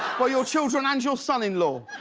for your children and your son in law.